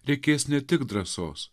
reikės ne tik drąsos